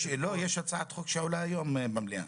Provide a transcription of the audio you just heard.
יש הצעת חוק שעולה היום במליאה.